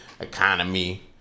Economy